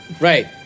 Right